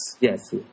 yes